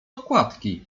okładki